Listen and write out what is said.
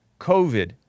COVID